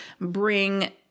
bring